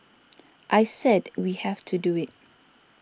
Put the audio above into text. I said we have to do it